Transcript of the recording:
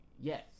Yes